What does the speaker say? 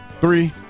Three